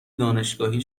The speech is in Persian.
دانشگاهی